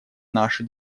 наши